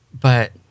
but-